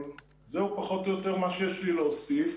זהו פחות או יותר מה שיש לי להוסיף.